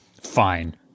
Fine